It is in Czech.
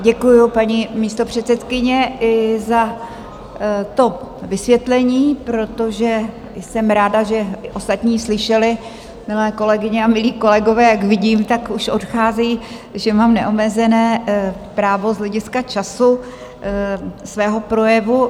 Děkuji, paní místopředsedkyně, i za to vysvětlení, protože jsem ráda, že ostatní slyšeli, milé kolegyně a milí kolegové jak vidím, tak už odcházejí že mám neomezené právo z hlediska času svého projevu.